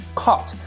caught